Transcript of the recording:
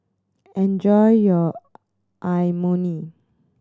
enjoy your Imoni